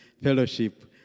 fellowship